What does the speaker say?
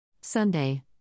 Sunday